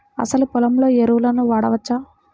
అసలు పొలంలో ఎరువులను వాడవచ్చా?